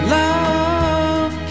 love